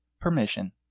permission